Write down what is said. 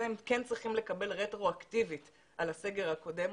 הם כן צריכים לקבל רטרואקטיבית על הסגר הקודם.